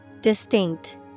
Distinct